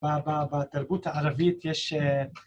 בתרבות הערבית יש...